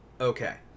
okay